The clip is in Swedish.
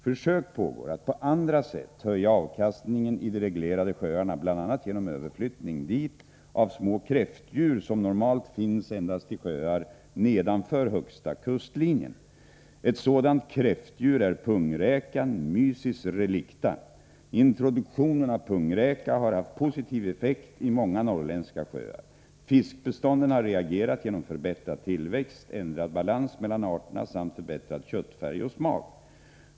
Försök pågår att på andra sätt höja avkastningen i de reglerade sjöarna, bl.a. genom överflyttning dit av små kräftdjur som normalt finns endast i sjöar nedanför högsta kustlinjen. Ett sådant kräftdjur är pungräkan . Introduktionen av pungräka har haft positiv effekt i många norrländska sjöar. Fiskbestånden har reagerat genom förbättrad tillväxt, ändrad balans mellan arterna samt förbättrad köttfärg och smak.